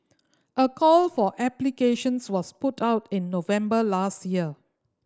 a call for applications was put out in November last year